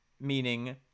meaning